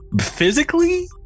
physically